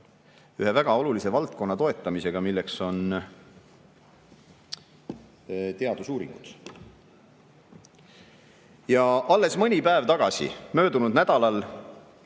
ühe väga olulise valdkonna toetamisega, milleks on teadusuuringud. Alles mõni päev tagasi, möödunud nädalal